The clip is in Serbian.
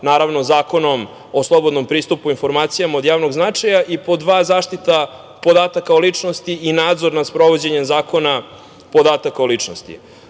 sa Zakonom o slobodnom pristupu informacijama od javnog značaja i pod dva, zaštita podataka o ličnosti i nadzor nad sprovođenjem Zakona podataka o ličnosti. Prilikom